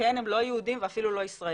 וכן הם לא יהודים ואפילו לא ישראלים,